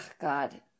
God